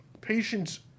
patients